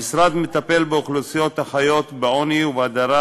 המשרד מטפל באוכלוסיות החיות בעוני ובהדרה